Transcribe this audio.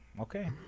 okay